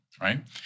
right